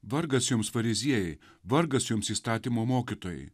vargas jums fariziejai vargas jums įstatymo mokytojai